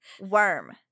Worm